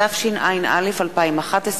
התשע”א 2011,